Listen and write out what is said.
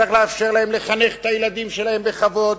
צריך לאפשר להם לחנך את הילדים שלהם בכבוד,